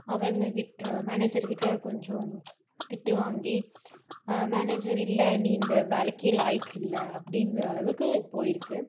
அவங்ககிட்ட மேனேஜர் கிட்ட கொஞ்சம் திட்டு வாங்கி மேனேஜர் இல்லை நீ இந்த வேலைக்கே லாயிக்கு இல்லை அப்படிங்குற அளவுக்கு போயிருக்குது